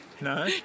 No